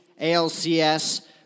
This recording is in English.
ALCS